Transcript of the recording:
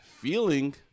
feeling